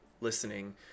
listening